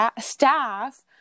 staff